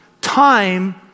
time